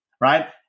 Right